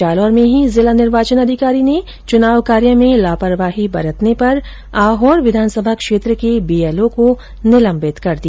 जालौर में ही जिला निर्वाचन अधिकारी ने चुनाव कार्य में लापरवाही बरतने पर आहोर विधानसभा क्षेत्र के बीएलओ को निलंबित कर दिया